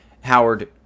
Howard